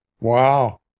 Wow